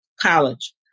College